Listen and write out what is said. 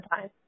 time